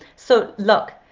so look,